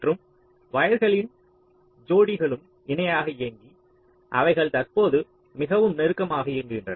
மற்றும் வயர்களின் ஜோடிகளும் இணையாக இயங்கி அவைகள் தற்பொழுது மிகவும் நெருக்கமாக இயங்குகின்றன